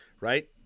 right